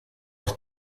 auf